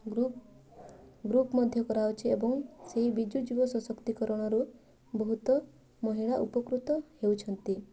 group group ମଧ୍ୟ କରାଯାଉଛି ଏବଂ ସେଇ ବିଜୁ ଯୁବ ସଶକ୍ତିକରଣରୁ ବହୁତ ମହିଳା ଉପକୃତ ହେଉଛନ୍ତି